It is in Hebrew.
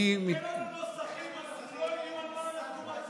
ואת חברת הכנסת אתי חווה עטייה כמתנגדת.